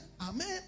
Amen